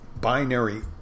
binary